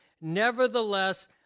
Nevertheless